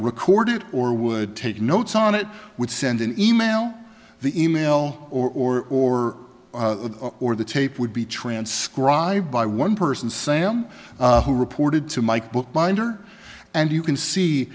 record it or would take notes on it would send an e mail the e mail or or or the tape would be transcribed by one person sam who reported to mike bookbinder and you can see